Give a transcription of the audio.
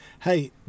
hey